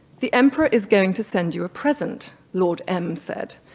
the emperor is going to send you a present lord m said,